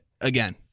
again